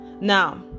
now